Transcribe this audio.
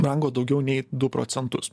brango daugiau nei du procentus